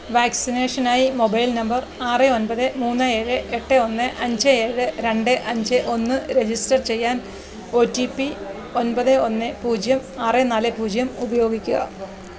വാക്സിനേഷനായി mobile number ആറ് ഒൻപത് മൂന്ന് ഏഴ് എട്ട് ഒന്ന് അഞ്ച് ഏഴ് രണ്ട് അഞ്ച് ഒന്ന് രെജിസ്റ്റർ ചെയ്യാൻ ഒ റ്റി പി ഒൻപത് ഒന്ന് പൂജ്യം ആറ് നാല് പൂജ്യം ഉപയോഗിക്കുക